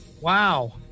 Wow